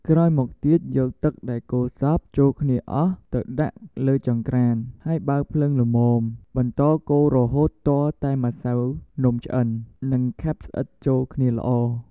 ក្រោយមកទៀតយកទឹកដែលកូរសព្វចូលគ្នាអស់ទៅដាក់លើចង្រ្កាន ហើយបើកភ្លើងល្មមបន្តកូររហូតទាល់តែម្សៅនំឆ្អិននិងខាប់ស្អិតចូលគ្នាល្អ។